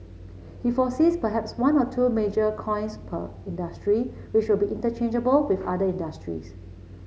he foresees perhaps one or two major coins per industry which will be interchangeable with other industries